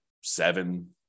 seven